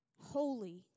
holy